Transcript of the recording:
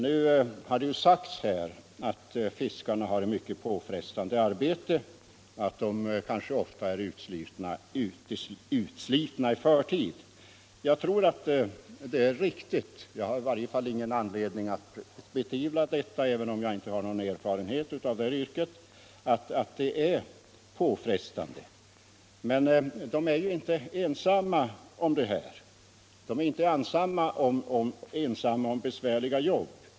Det har sagts här att fiskarna har ett mycket påfrestande arbete, att de kanske ofta är utslitna i förtid. Jag tror att det är påfrestande — jag har i varje fall ingen anledning att betvivla det, även om jag inte har någon erfarenhet av det yrket. Men de är inte ensamma om att vara i den situationen, de är inte ensamma om att ha besvärliga jobb.